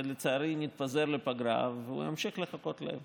ולצערי נתפזר לפגרה והוא ימשיך לחכות להם